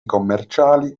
commerciali